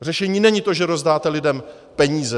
Řešení není to, že rozdáte lidem peníze.